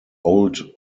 old